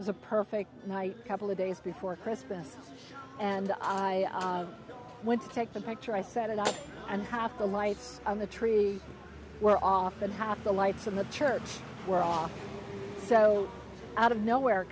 a perfect night couple of days before christmas and i went to take the picture i set it up and half the lights on the tree were off and half the lights in the church were off so out of nowhere